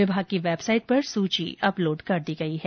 विभाग की वेबसाइट पर सूची अपलोड कर दी गई है